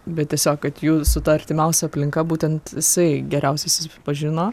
bet tiesiog kad jų su ta artimiausia aplinka būtent jisai geriausias pažino